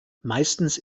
meistens